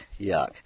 yuck